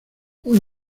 hoy